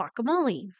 guacamole